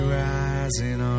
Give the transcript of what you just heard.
rising